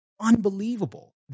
unbelievable